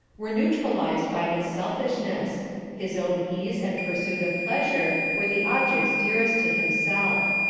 were neu tralized by his selfishness his own ease and pursuit of pleasure were the objects dearest to himself.